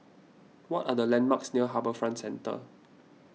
what are the landmarks near HarbourFront Centre